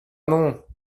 non